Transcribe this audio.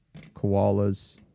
koalas